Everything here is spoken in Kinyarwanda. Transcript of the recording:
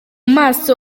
maso